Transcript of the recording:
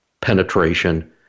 penetration